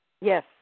Yes